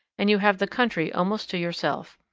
and you have the country almost to yourself.